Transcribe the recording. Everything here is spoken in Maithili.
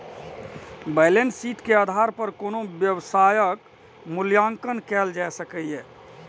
बैलेंस शीट के आधार पर कोनो व्यवसायक मूल्यांकन कैल जा सकैए